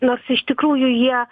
nors iš tikrųjų jie